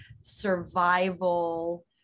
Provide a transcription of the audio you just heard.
survival